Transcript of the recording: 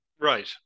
Right